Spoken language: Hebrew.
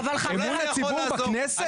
אמון הציבור בכנסת?